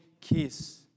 kiss